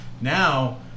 now